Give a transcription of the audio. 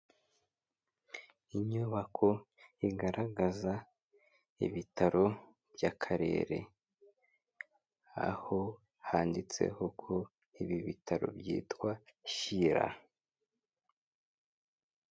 Inyubako igaragaza ibitaro by'Akarere, aho handitseho ko ibi bitaro byitwa Shyira.